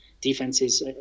defenses